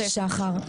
שחר,